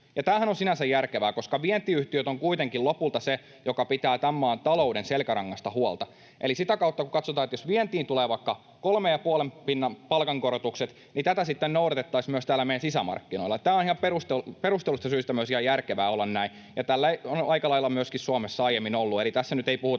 Tämähän on sinänsä järkevää, koska vientiyhtiöt ovat kuitenkin lopulta se, mikä pitää tämän maan talouden selkärangasta huolta. Eli sitä kautta kun katsotaan, niin jos vientiin tulee vaikka kolmen ja puolen pinnan palkankorotukset, niin tätä sitten noudatettaisiin myös täällä meidän sisämarkkinoilla. Tämä on myös ihan perustelluista syistä järkevää olla näin. Tällä lailla on aika lailla Suomessa aiemmin myöskin ollut, eli tässä nyt ei puhuta